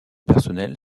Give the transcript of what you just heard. personnel